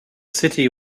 city